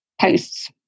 posts